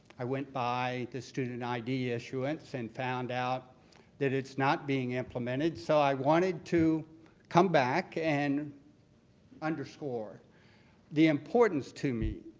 i went by the student and id issuance and found out that it's not being implemented, so i wanted to come back and underscore the importance to me.